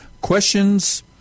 Questions